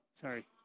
sorry